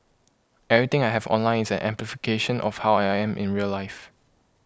everything I have online is an amplification of how I am in real life